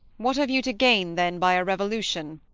what have you to gain, then, by a revolution?